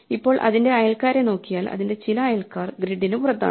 ഇപ്പോൾ അതിന്റെ അയൽക്കാരെ നോക്കിയാൽ അതിന്റെ ചില അയൽക്കാർ ഗ്രിഡിന് പുറത്താണ്